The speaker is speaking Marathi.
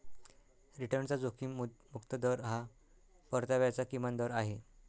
रिटर्नचा जोखीम मुक्त दर हा परताव्याचा किमान दर आहे